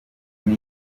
ubwo